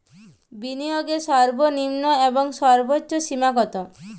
বিনিয়োগের সর্বনিম্ন এবং সর্বোচ্চ সীমা কত?